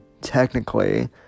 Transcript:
technically